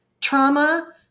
trauma